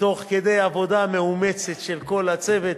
תוך כדי עבודה מאומצת של כל הצוות,